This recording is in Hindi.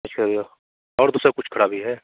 चलो और कुछ सब कुछ खराबी है